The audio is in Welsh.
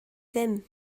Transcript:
ddim